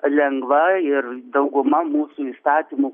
lengva ir dauguma mūsų įstatymų